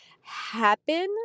happen